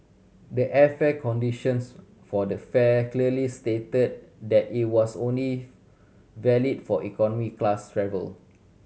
the airfare conditions for the fare clearly stated that it was only valid for economy class travel